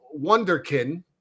wonderkin